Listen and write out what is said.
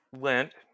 Lent